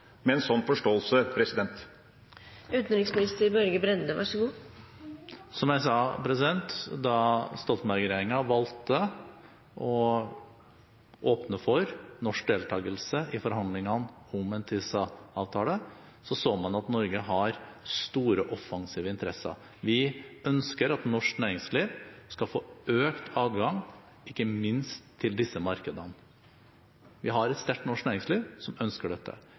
med en sånn forståelse? Som jeg sa: Da Stoltenberg-regjeringen valgte å åpne for norsk deltagelse i forhandlingene om en TISA-avtale, så man at Norge har store offensive interesser. Vi ønsker at norsk næringsliv skal få økt adgang, ikke minst til disse markedene. Vi har et sterkt norsk næringsliv som ønsker dette.